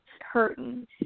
hurting